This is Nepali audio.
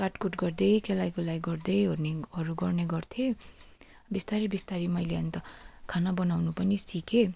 काटकुट गर्दै केलाई कुलाई गर्दै ओर्नेहरू गर्ने गर्थेँ बिस्तारी बिस्तारी मैले अन्त खाना बनाउनु पनि सिकेँ